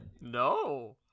No